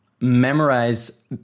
memorize